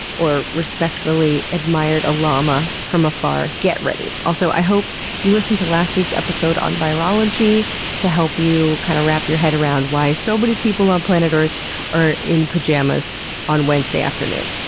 or respectfully admired a llama from afar, get ready. also, i hope you listened to last week's episode on virology to help you kind of wrap your head around why so many people on planet earth are in pajamas on wednesday afternoons.